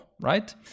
right